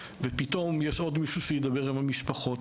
ופתאום יש עוד מישהו שידבר עם המשפחות,